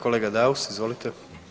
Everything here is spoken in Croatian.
Kolega Daus, izvolite.